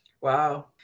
Wow